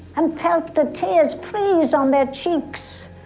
and felt the tears freeze on their cheeks.